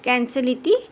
cancel इति